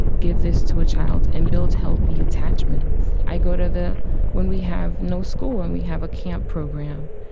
give this to a child and builds healthy attachments. i go to the when we have no school and we have a camp program.